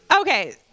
Okay